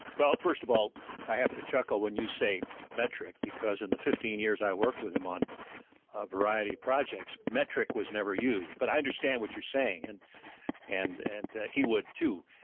well, first of all i have to chuckle when you say metric, because in the fifteen years i worked with him on a variety of projects, metric was never used. but i understand what you're saying, and and and he would too.